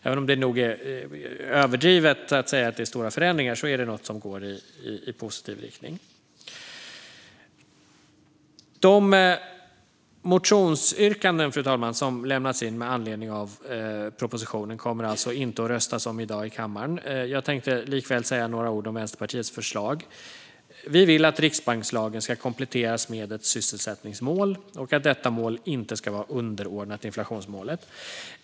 Även om det nog är överdrivet att säga att detta är stora förändringar är det något som är går i positiv riktning. Fru talman! De motionsyrkanden som har lämnats in med anledning av propositionen kommer det alltså inte att röstas om i kammaren i dag. Jag tänkte likväl säga några ord om Vänsterpartiets förslag. Vi vill att riksbankslagen ska kompletteras med ett sysselsättningsmål och att detta mål inte ska vara underordnat inflationsmålet.